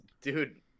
Dude